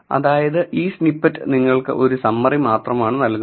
അതായത് ഈ സ്നിപ്പെറ്റ് നിങ്ങൾക്ക് ഒരു സമ്മറി മാത്രമാണ് നൽകുന്നത്